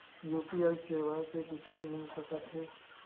UPI सेवाएं से कुछु मिल सकत हे?